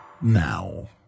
now